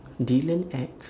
dylan acts